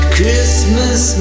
Christmas